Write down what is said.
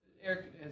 Eric